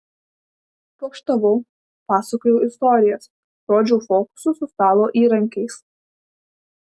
pokštavau pasakojau istorijas rodžiau fokusus su stalo įrankiais